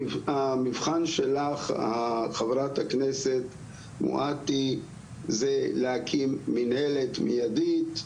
המבחן שלך חברת הכנסת מואטי זה להקים מנהלת מיידית,